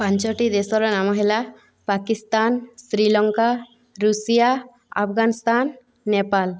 ପାଞ୍ଚଟି ଦେଶର ନାମ ହେଲା ପାକିସ୍ତାନ ଶ୍ରୀଲଙ୍କା ଋଷିଆ ଆଫଗାନିସ୍ତାନ ନେପାଲ